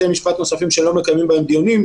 משפט נוספים שלא שמקיימים בהם דיונים,